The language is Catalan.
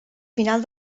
final